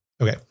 Okay